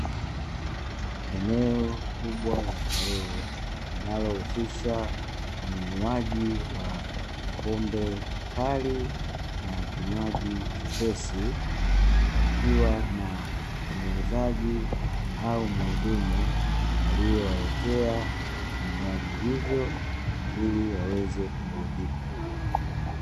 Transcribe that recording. Eneo kubwa la starehe linalohusisha ununuaji wa pombe kali na kinywaji chepesi, wakiwa na muuzaji au mhudumu aliyewaletea vinywaji hivyo ili waweze kuburudika.